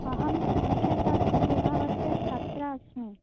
अहं शीक्षाशास्त्रिविभागस्य छात्रा अस्मि